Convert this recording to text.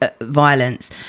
violence